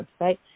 website